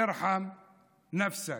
ארחם נפסכ.